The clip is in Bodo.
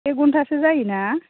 एक घन्टासो जायोना